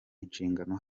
inshingano